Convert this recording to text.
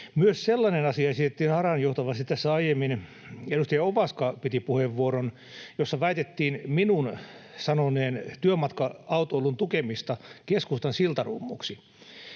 Myös tällainen asia esitettiin harhaanjohtavasti: Tässä aiemmin edustaja Ovaska piti puheenvuoron, jossa väitettiin minun sanoneen työmatka-autoilun tukemista keskustan siltarummuksi.